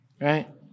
Right